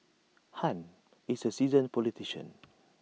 han is A seasoned politician